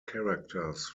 characters